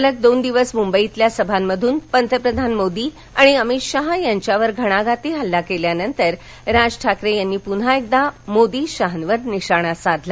सलग दोन दिवस मुंबईतील सभांमधून पंतप्रधान मोदी आणि अमित शहा यांच्यावर घणाघाती हल्ला केल्यानंतर राज ठाकरे यांनी पुन्हा एकदा मोदी शहांवर निशाणा साधला